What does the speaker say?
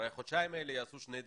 הרי החודשיים האלה יעשו שני דברים.